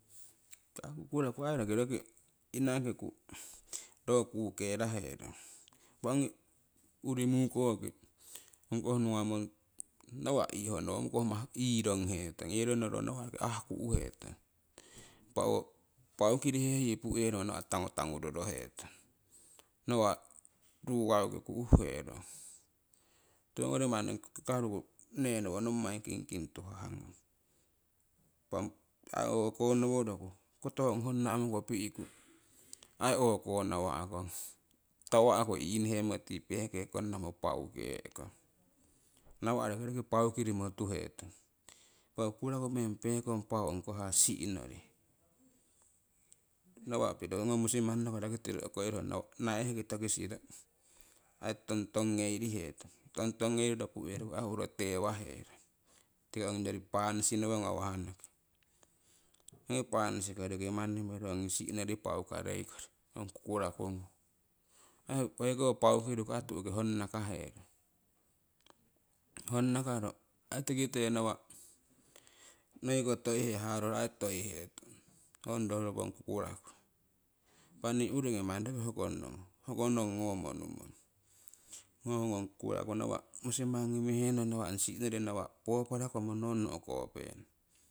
. Impa kukuraku ai roki roki inakiku ro kukeraharong impah ongi urii muukoki ong koh nugnamong nawa' irronghetong, irrongno ro nawa' roki aahku' hetong. Impa owo paukirihe yii pu'yeirimo nawa' tangutanguroro hetong, nawa' ruwoukeiriku uuhuherong. Tiwognori ong kakaruku nenowo nommai kingking tuhahgnung impa o'ko ngoworoku koto honghong nah mo kopi'ku ai o'ko ngawa'kong tawahku innihehmmo peeke konnamo paau keekong nawah ho roki rokii paakirimo tuhetong. Impa ho kukuraku meng peekong paau ongkoh haa sihnorii, nawa' piro ongo musimangnoriko rakitiro naiheki tokisiro ai tongtong ngeihetong tongtongeiriro pu'yeiriku uuhuro tewaherong tiki ongyori panisinowo ngawah noki, ongii panisi koriki manni mirahu ongyori sihhnori paaukareikori ong kukuraknung ai hoko paaukiriku tuuhki honnakaherong honnakaro ai tikite nawa' noiko toihe haruro toi hetong hongno rokong kukuraku impah nii uringi mani rokii hoko nong ngomo nuummong, ho ngong kukuraku nawa' musi mangii mihenong nawa' ong sihnori nawah fourplako monnono uukopee nong